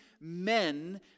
men